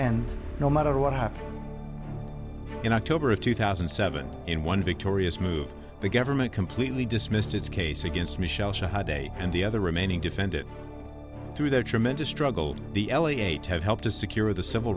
and no matter what happens in october of two thousand and seven in one victorious move the government completely dismissed its case against michelle day and the other remaining defended through their tremendous struggle the l e a ted help to secure the civil